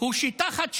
הוא שתחת שלטונו,